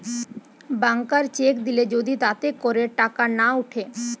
ব্যাংকার cheque দিলে যদি তাতে করে টাকা না উঠে